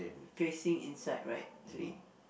facing inside right three